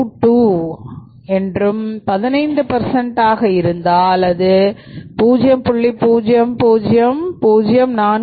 000822 என்றும் 15 ஆக இருந்தால் அது 0